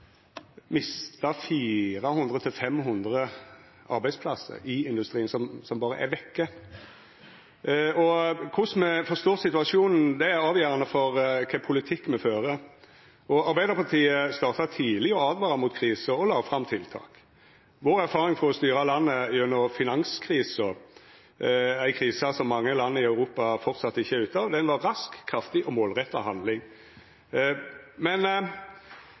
mista 400–500 arbeidsplassar i industrien – dei er berre vekke. Korleis me forstår situasjonen, er avgjerande for kva politikk me fører. Arbeidarpartiet starta tidleg å åtvara mot krisa og la fram tiltak. Vår erfaring frå å styra landet gjennom finanskrisa, ei krise som mange land i Europa framleis ikkje er ute av, var rask, kraftig og målretta handling.